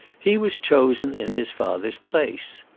he was chosen in his father's place.